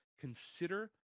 Consider